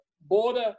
Border